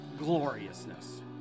Gloriousness